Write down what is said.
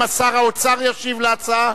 שר האוצר ישיב על ההצעה?